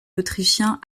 autrichien